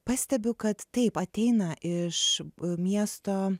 pastebiu kad taip ateina iš miesto